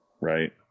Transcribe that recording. right